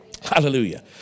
Hallelujah